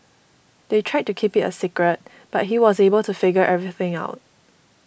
they tried to keep it a secret but he was able to figure everything out